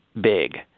big